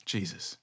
Jesus